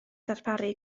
ddarparu